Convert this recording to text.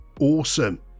awesome